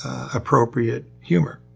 appropriate humor.